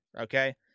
okay